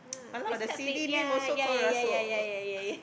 !huh! but it's quite fa~ ya ya ya ya ya ya ya